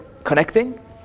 Connecting